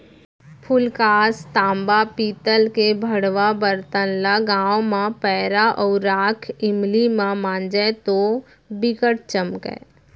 फूलकास, तांबा, पीतल के भंड़वा बरतन ल गांव म पैरा अउ राख इमली म मांजय तौ बिकट चमकय